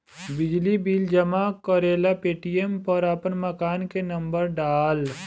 बिजली बिल जमा करेला पेटीएम पर आपन मकान के नम्बर डाल